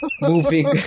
Moving